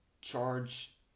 charge